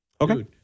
Okay